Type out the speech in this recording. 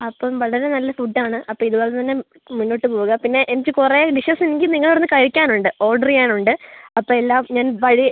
അപ്പം വളരെ നല്ല ഫുഡ് ആണ് അപ്പോൾ ഇതുപോലെത്തന്നെ മുന്നോട്ട് പോവുക പിന്നെ എനിക്ക് കുറേ ഡിഷസ് എനിക്ക് നിങ്ങളെ അവിടുന്ന് കഴിക്കാനുണ്ട് ഓർഡർ ചെയ്യാനുണ്ട് അപ്പോൾ എല്ലാം ഞാൻ വഴി